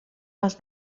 les